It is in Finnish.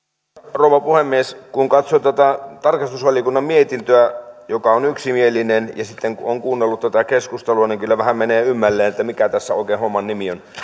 rouva puhemies kun katsoo tätä tarkastusvaliokunnan mietintöä joka on yksimielinen ja kun on sitten kuunnellut tätä keskustelua niin kyllä vähän menee ymmälleen mikä tässä oikein homman nimi on